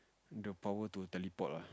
the power to teleport ah